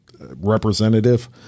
representative